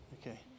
Okay